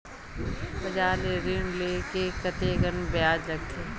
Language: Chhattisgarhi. बजार ले ऋण ले म कतेकन ब्याज लगथे?